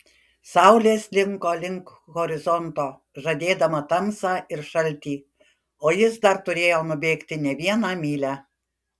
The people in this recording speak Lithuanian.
saulė slinko link horizonto žadėdama tamsą ir šaltį o jis dar turėjo nubėgti ne vieną mylią